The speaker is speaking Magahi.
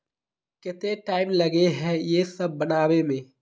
केते टाइम लगे है ये सब बनावे में?